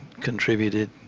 contributed